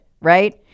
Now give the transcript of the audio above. right